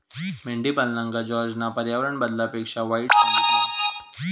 मेंढीपालनका जॉर्जना पर्यावरण बदलापेक्षा वाईट सांगितल्यान